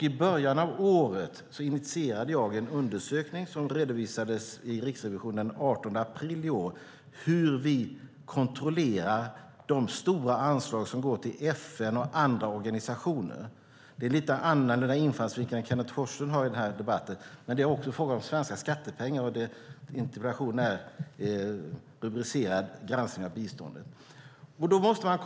I början av året initierade jag en undersökning, som redovisades i Riksrevisionen den 18 april i år, av hur vi kontrollerar de stora anslag som går till FN och andra organisationer. Det är en annan infallsvinkel än Kenneth G Forslund har i denna debatt, men det handlar också om svenska skattepengar, och interpellationen har rubriken Granskning av biståndet .